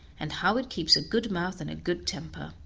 and how it keeps a good mouth and a good temper,